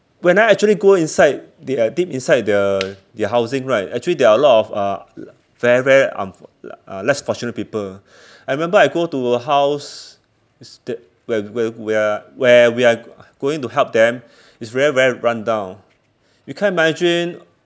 when I actually go inside de~ uh deep inside the their housing right actually there are a lot of uh very very unfor~ uh less fortunate people I remember I go to a house is that where where we are where we're going to help them it's very very run-down we can't imagine